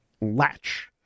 latch